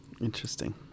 Interesting